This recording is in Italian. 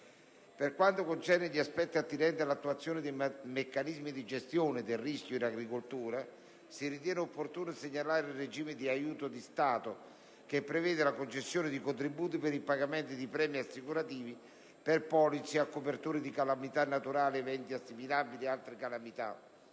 Per quanto concerne gli aspetti attinenti all'attuazione dei meccanismi di gestione del rischio in agricoltura, si ritiene opportuno segnalare il regime di aiuti di Stato n. XA 396/08 che prevede la concessione di contributi per il pagamento di premi assicurativi per polizze a copertura di calamità naturali, eventi assimilabili e altre calamità